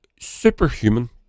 superhuman